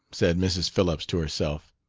said mrs. phillips to herself,